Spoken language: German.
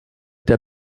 der